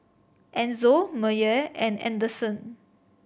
Enzo Meyer and Anderson